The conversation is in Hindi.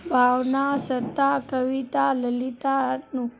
भावना सत्ता कविता ललिता अनूप